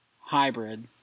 hybrid